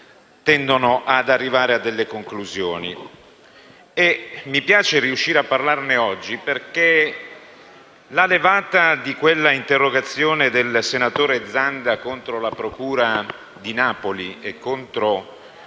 tendono ad arrivare a delle conclusioni. Mi piace riuscire a parlarne oggi perché la "levata" di quella interrogazione del senatore Zanda contro la procura di Napoli e contro